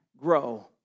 Grow